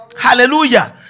Hallelujah